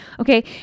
Okay